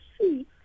see